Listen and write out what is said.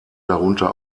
darunter